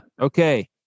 Okay